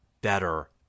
better